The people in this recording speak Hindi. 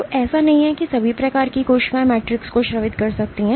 तो ऐसा नहीं है कि सभी प्रकार की कोशिकाएं मैट्रिक्स को स्रावित कर सकती हैं